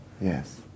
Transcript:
Yes